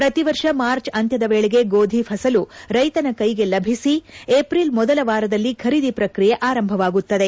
ಶ್ರತಿ ವರ್ಷ ಮಾರ್ಚ್ ಅಂತ್ಯದ ವೇಳೆಗೆ ಗೋಧಿ ಫಸಲು ರೈತನ ಕೈಗೆ ಲಭಿಸಿ ಏಪ್ರಿಲ್ ಮೊದಲ ವಾರದಲ್ಲಿ ಖರೀದಿ ಪ್ರಕ್ರಿಯೆ ಆರಂಭವಾಗುತ್ತದೆ